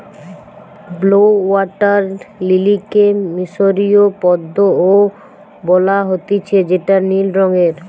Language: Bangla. ব্লউ ওয়াটার লিলিকে মিশরীয় পদ্ম ও বলা হতিছে যেটা নীল রঙের